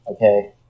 Okay